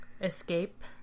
Escape